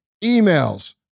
emails